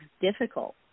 difficult